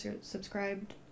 subscribed